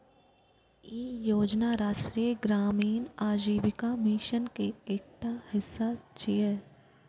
ई योजना राष्ट्रीय ग्रामीण आजीविका मिशन के एकटा हिस्सा छियै